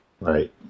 Right